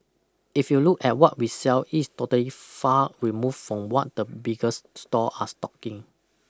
if you look at what we sell it's today far removed from what the biggers store are stocking